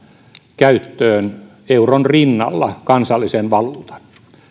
käyttöön euron rinnalla kansallisen valuutan